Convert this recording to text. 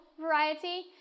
variety